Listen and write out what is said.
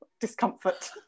Discomfort